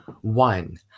One